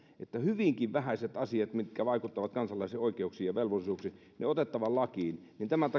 että hyvinkin vähäiset asiat mitkä vaikuttavat kansalaisen oikeuksiin ja velvollisuuksiin on otettava lakiin